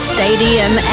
Stadium